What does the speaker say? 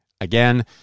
Again